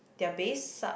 their base suck